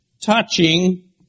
touching